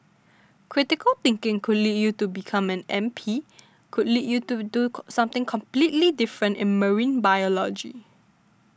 critical thinking could lead you to become an M P could lead you to do something completely different in marine biology